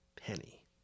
penny